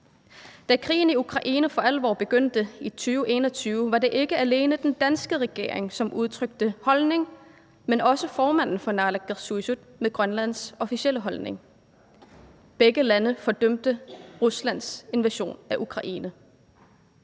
Da krigen i Ukraine for alvor begyndte i 2021, var det ikke alene den danske regering, som udtrykte sin holdning, for også formanden for naalakkersuisut udtrykte Grønlands officielle holdning. Begge lande fordømte Ruslands invasion af Ukraine.